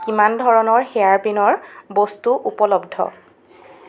কিমান ধৰণৰ হেয়াৰপিনৰ বস্তু উপলব্ধ